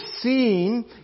seen